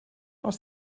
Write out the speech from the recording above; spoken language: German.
aus